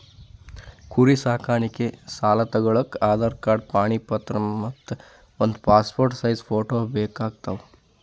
ಕುರಿ ಸಾಕಾಣಿಕೆ ಸಾಲಾ ತಗೋಳಕ್ಕ ಆಧಾರ್ ಕಾರ್ಡ್ ಪಾಣಿ ಪತ್ರ ಮತ್ತ್ ಒಂದ್ ಪಾಸ್ಪೋರ್ಟ್ ಸೈಜ್ ಫೋಟೋ ಬೇಕಾತವ್